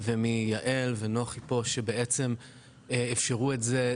ומיעל ונוחי פה שבעצם אפשרו את זה,